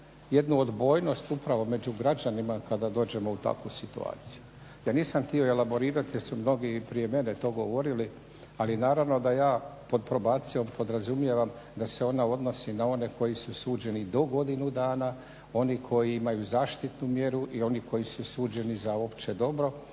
jednu odbojnost upravo među građanima kada dođemo u takvu situaciju. Ja nisam htio elaborirati jer su mnogi i prije mene to govorili, ali naravno da ja pod probacijom podrazumijevam da se ona odnosi na one koji su osuđeni do godinu dana, oni koji imaju zaštitnu mjeru i oni koji su osuđeni za opće dobro